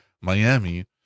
miami